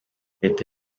leta